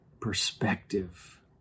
perspective